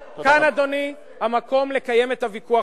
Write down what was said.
אדוני, המקום לקיים את הוויכוח הזה.